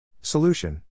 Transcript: Solution